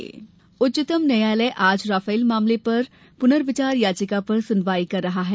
सुको राफेल उच्चतम न्यायालय आज राफेल मामले पर पुनर्विचार याचिका पर सुनवाई कर रहा है